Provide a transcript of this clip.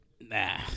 Nah